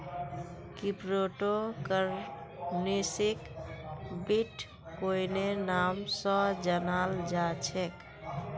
crypto करन्सीक बिट्कोइनेर नाम स जानाल जा छेक